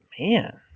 Man